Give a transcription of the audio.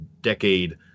decade